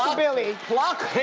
um billy! pluck him!